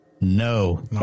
no